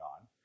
on